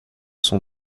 sont